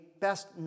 best